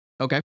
Okay